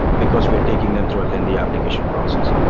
because we are taking them through a lengthy application process.